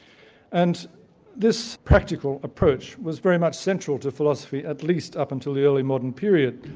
and this practical approach was very much central to philosophy at least up until the early modern period.